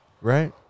Right